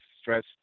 stress